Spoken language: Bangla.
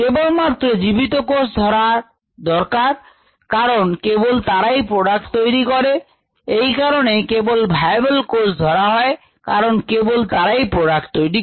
কেবলমাত্র জীবিত কোষ ধরা দরকার কারণ কেবল তারাই প্রোডাক্ট তৈরি করে এই কারণেই কেবল ভায়াবল কোষ ধরা হয় কারণ কেবল তারাই প্রোডাক্ট তৈরি করে